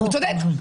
הוא צודק.